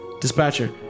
Dispatcher